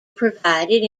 provided